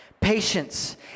patience